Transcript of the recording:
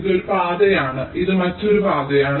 ഇത് ഒരു പാതയാണ് ഇത് മറ്റൊരു പാതയാണ്